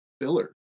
filler